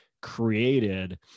created